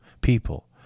people